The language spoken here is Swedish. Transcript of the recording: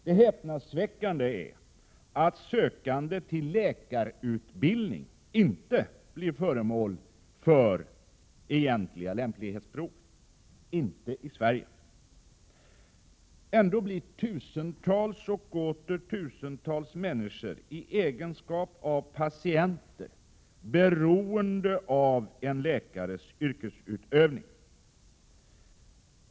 Det häpnadsväckande är att sökande till läkarutbildning inte blir föremål för egentliga lämplighetsprov; inte i Sverige. Ändå blir tusentals och åter tusentals människor, i egenskap av patienter, beroende av en läkares yrkesutövning.